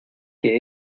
que